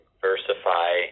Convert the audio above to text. diversify